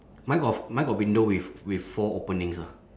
mine got mine got window with with four openings ah